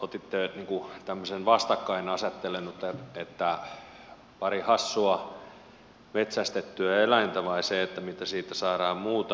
otitte tämmöisen vastakkainasettelun että pari hassua metsästettyä eläintä vai se mitä siitä saadaan muuta